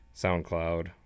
SoundCloud